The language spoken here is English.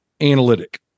analytic